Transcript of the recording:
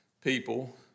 people